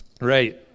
Right